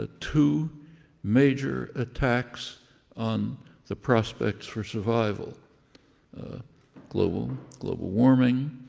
ah two major attacks on the prospects for survival global global warming,